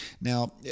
Now